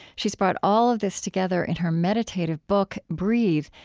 she's brought all of this together in her meditative book, breathe,